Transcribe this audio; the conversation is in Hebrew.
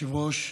כבוד היושב-ראש,